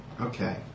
Okay